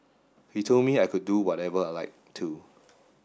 he told me I could do whatever I like too